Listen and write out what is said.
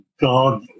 God